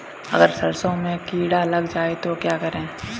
अगर सरसों में कीड़ा लग जाए तो क्या करें?